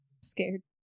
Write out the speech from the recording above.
Scared